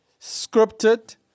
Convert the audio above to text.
scripted